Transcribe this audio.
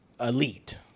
elite